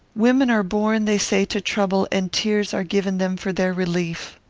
women are born, they say, to trouble, and tears are given them for their relief.